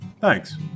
Thanks